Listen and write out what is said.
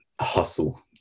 hustle